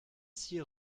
six